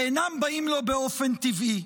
ואינם באים לו באופן טבעי.